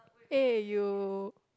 eh you